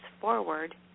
forward